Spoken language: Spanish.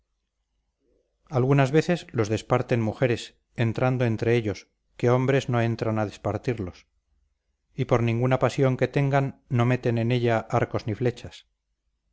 algunas veces los desparten mujeres entrando entre ellos que hombres no entran a despartirlos y por ninguna pasión que tengan no meten en ella arcos ni flechas